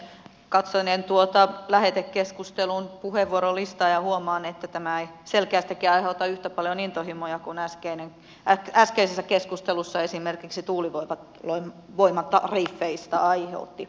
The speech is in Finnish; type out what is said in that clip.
katselen tuota lähetekeskustelun puheenvuorolistaa ja huomaan että tämä ei selkeästikään aiheuta yhtä paljon intohimoja kuin äskeisessä keskustelussa esimerkiksi tuuli voivat lain voima tarvikkeista tuulivoimatariffit aiheuttivat